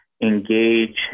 engage